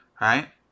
Right